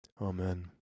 Amen